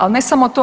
Ali ne samo to.